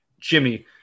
jimmy